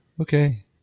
okay